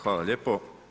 Hvala lijepo.